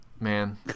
man